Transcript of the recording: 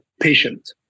patient